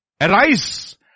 Arise